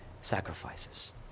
sacrifices